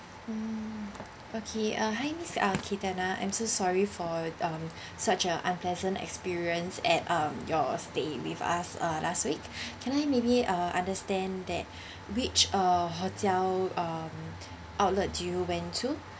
mm okay uh hi miss uh cathana I'm so sorry for um such a unpleasant experience at um your stay with us uh last week can I maybe uh understand that which uh hotel um outlet do you went to